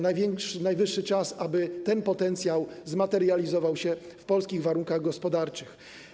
Najwyższy czas, aby ten potencjał zmaterializował się w polskich warunkach gospodarczych.